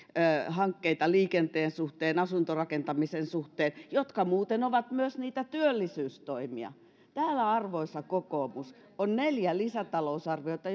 hankkeita liikenteen suhteen ja asuntorakentamisen suhteen jotka muuten ovat myös niitä työllisyystoimia arvoisa kokoomus täällä on neljä lisätalousarviota